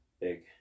big